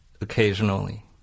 occasionally